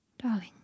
Darling